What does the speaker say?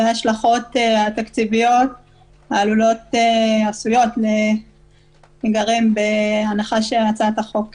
ההשלכות התקציביות העשויות להיגרם בהנחה שהצעת החוק תאושר.